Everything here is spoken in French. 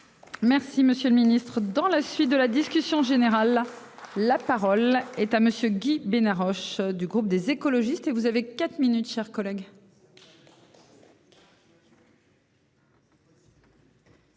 Merci Monsieur le Ministre, dans la suite de la discussion générale. La parole est à monsieur Guy Bénard Roche du groupe des écologistes et vous avez quatre minutes, chers collègues.